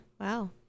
Wow